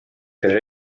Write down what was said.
kelle